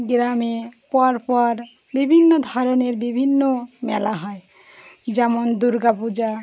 গ্রামে পরপর বিভিন্ন ধরনের বিভিন্ন মেলা হয় যেমন দুর্গাপূজা